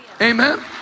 Amen